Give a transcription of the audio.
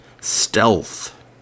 Stealth